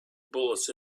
bullets